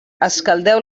escaldeu